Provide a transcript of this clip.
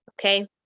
okay